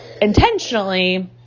intentionally